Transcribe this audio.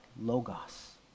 logos